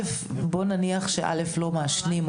בואו נניח שילדים בכתה א' לא מעשנים,